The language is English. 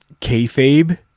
kayfabe